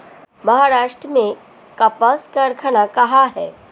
महाराष्ट्र में कपास कारख़ाना कहाँ है?